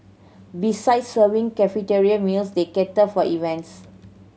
besides serving cafeteria meals they cater for events